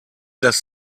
das